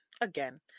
again